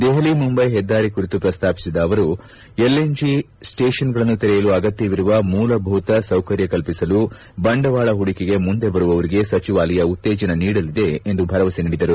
ದೆಹಲಿ ಮುಂಬೈ ಹೆದ್ದಾರಿ ಕುರಿತು ಪ್ರಸ್ತಾಪಿಸಿದ ಅವರು ಎಲ್ಎನ್ಜಿ ಸ್ನೇಷನ್ಗಳನ್ನು ತೆರೆಯಲು ಅಗತ್ಯವಿರುವ ಮೂಲಭೂತ ಸೌಕರ್ಯ ಕಲ್ಪಿಸಲು ಬಂಡಾವಳ ಹೂಡಿಕೆಗೆ ಮುಂದೆ ಬರುವವರಿಗೆ ಸಚಿವಾಲಯ ಉತ್ತೇಜನ ನೀಡಲಿದೆ ಎಂದು ಭರವಸೆ ನೀಡಿದರು